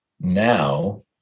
Now